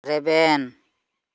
ᱨᱮᱵᱮᱱ